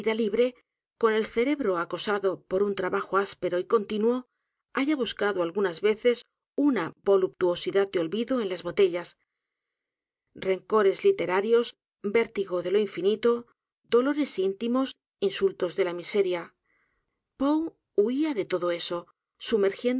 libre con el cerebro acosado por un trabajo áspero y continuo haya buscado algunas veces una voluptuosidad de olvido en las botellas rencores literarios vértigo d e lo infinito dolores su vida y s u s o b r a s íntimos insultos de la miseria poe huía de todo eso